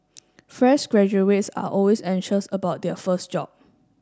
fresh graduates are always anxious about their first job